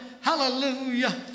hallelujah